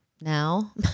now